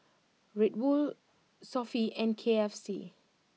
Red Bull Sofy and K F C